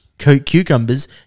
cucumbers